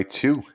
two